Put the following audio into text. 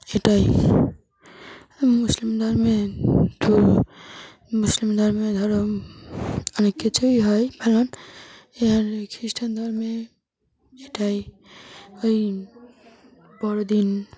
এটাই মুসলিম ধর্মে তো মুসলিম ধর্মে ধরো অনেক কিছুই হয় পালন এবারে খ্রিস্টান ধর্মে এটাই ওই বড়দিন